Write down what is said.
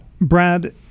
Brad